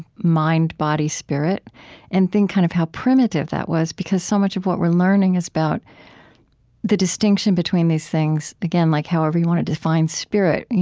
mind, body, spirit and think kind of how primitive that was, because so much of what we're learning is about the distinction between these things again, like however you want to define spirit,